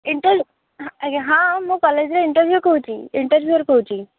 inter ହଁ ଆଜ୍ଞା ହଁ ମୁଁ କଲେଜର ଇଣ୍ଟରଭିଉ କହୁଛି ଇଣ୍ଟରଭ୍ୟୁଅର୍ କହୁଛି